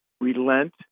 relent